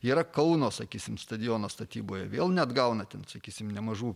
yra kauno sakysim stadiono statyboje vėl neatgauna ten sakysime nemažų